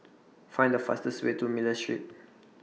Find The fastest Way to Miller Street